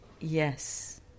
Yes